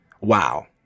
Wow